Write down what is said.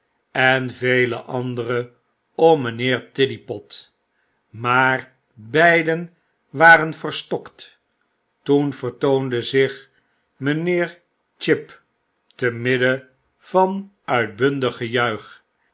en vele andere om mynheer tiddypot maar beiden waren verstokt toen vertoonde zich mynheer chib te midden van uitbundig